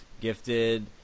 Gifted